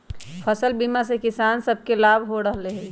फसल बीमा से किसान सभके लाभ हो रहल हइ